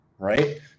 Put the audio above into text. right